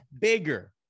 bigger